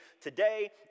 today